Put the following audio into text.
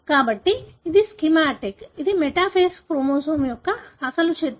కాబట్టి ఇది స్కీమాటిక్ ఇది మెటాఫేస్ క్రోమోజోమ్ యొక్క అసలు చిత్రం